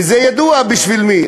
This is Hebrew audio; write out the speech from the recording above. וזה ידוע בשביל מי.